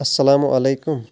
اسلامُ علیکم